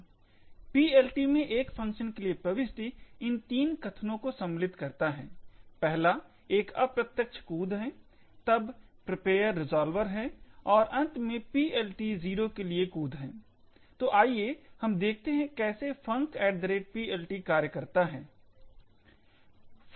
PLT में एक function के लिए प्रविष्टि इन तीन कथनों को सम्मिलित करता है पहला एक अप्रत्यक्ष कूद है तब प्रिपेयर रिज़ोल्वर है और अंत में PLT0 के लिए कूद है तो आइए हम देखते हैं कैसे यह funcPLT कार्य करता है